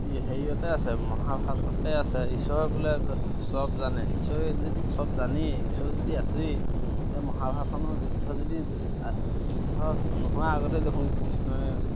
হেৰিয়তে আছে মহাভাৰততে আছে ঈশ্বৰে বোলে চব জানে ঈশ্বৰে যদি চব জানেই ঈশ্বৰ যদি আছেই তেতিয়া মহাভাৰতখনৰ যুদ্ধ যদি যুদ্ধ নোহোৱাৰ আগতেই দেখোন কৃষ্ণই